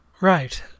right